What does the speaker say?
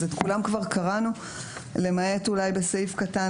אז את כולם כבר קראנו למעט אולי בסעיף קטן